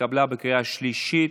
התקבלה בקריאה השלישית,